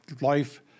life